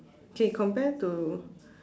K compare to